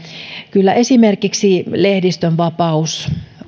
kyllä esimerkiksi lehdistönvapaus on